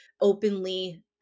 openly